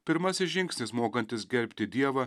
pirmasis žingsnis mokantis gerbti dievą